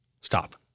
Stop